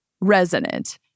resonant